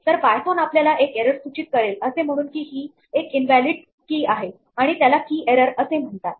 तर पायथोन आपल्याला एक एरर सूचित करेल असे म्हणून की ही एक इनव्हॅलिडinvalid अवैध की आहे आणि त्याला की एरर असे म्हणतात